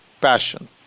passion